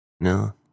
No